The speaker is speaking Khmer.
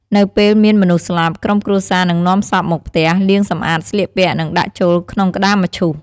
នៅពេលមានមនុស្សស្លាប់ ក្រុមគ្រួសារនឹងនាំសពមកផ្ទះ លាងសម្អាត ស្លៀកពាក់ និងដាក់ចូលក្នុងក្តារមឈូស។